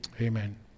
Amen